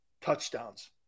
touchdowns